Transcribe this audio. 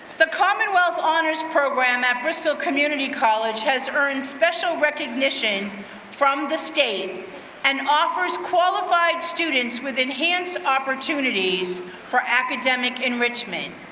the commonwealth honors program at bristol community college has earned special recognition from the state and offers qualified students with enhanced opportunities for academic enrichment.